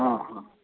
हॅं हॅं